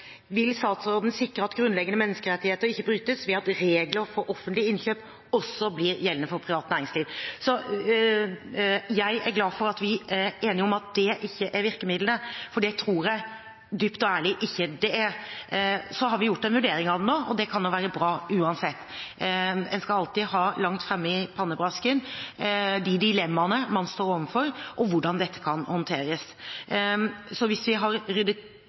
statsråden sikre at grunnleggende menneskerettigheter ikke brytes ved at regler for» offentlige «innkjøp også blir gjeldende for privat næringsliv?» Jeg er glad for at vi er enige om at det ikke er virkemiddelet, for det tror jeg – dypt og ærlig – ikke det er. Så har vi gjort en vurdering av det nå, og det kan være bra, uansett. En skal alltid ha langt fremme i pannebrasken de dilemmaene man står overfor, og hvordan dette kan håndteres. Hvis vi har ryddet